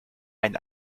ein